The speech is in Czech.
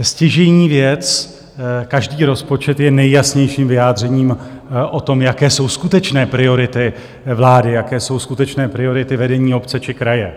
Stěžejní věc každý rozpočet je nejjasnějším vyjádřením o tom, jaké jsou skutečné priority vlády, jaké jsou skutečné priority vedení obce či kraje.